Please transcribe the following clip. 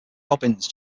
robins